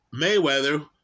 Mayweather